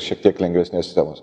šiek tiek lengvesnės temos